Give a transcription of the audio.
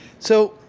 so,